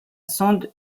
sonde